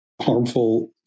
harmful